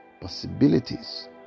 possibilities